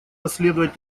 расследовать